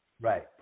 right